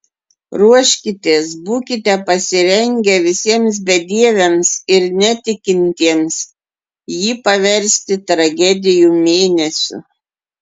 ruoškitės būkite pasirengę visiems bedieviams ir netikintiems jį paversti tragedijų mėnesiu